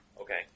Okay